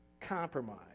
Compromise